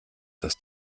dass